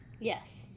Yes